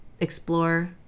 explore